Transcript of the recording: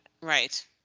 right